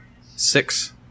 six